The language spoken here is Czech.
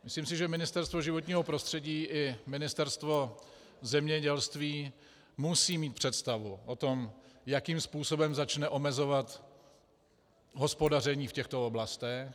Myslím si, že Ministerstvo životního prostředí i Ministerstvo zemědělství musí mít představu o tom, jakým způsobem začne omezovat hospodaření v těchto oblastech.